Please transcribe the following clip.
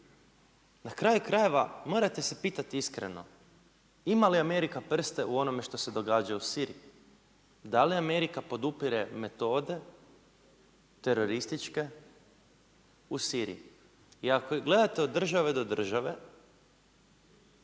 Na kraju krajeva, morate se pitati iskreno, ima li Amerika prste u onome što se događa u Siriji? Da li Amerika podupire metode terorističke u Siriji? I ako gledate od države do države,